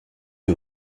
que